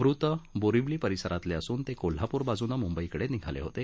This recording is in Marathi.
मृत बोरीवली परिसरातले असून ते कोल्हापूर बाजूने मुंबईकडे निघाले होते